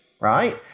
right